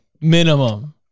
minimum